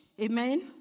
amen